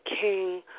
King